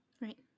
Right